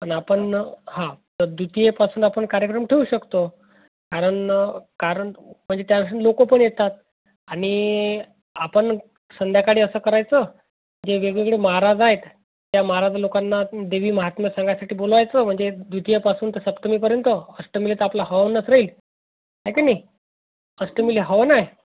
आणि आपण हां तर द्वितीयेपासून आपण कार्यक्रम ठेवू शकतो कारण कारण म्हणजे त्या लोक पण येतात आणि आपण संध्याकाळी असं करायचं जे वेगवेगळे महाराज आहेत त्या महाराज लोकांना देवी महात्म सांगायसाठी बोलायचं म्हणजे द्वितीयेपासून ते सप्तमीपर्यंत अष्टमीला तर आपला हवनच राहील आहे की नाही अष्टमीला हवन आहे